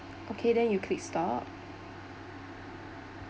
okay then you click stop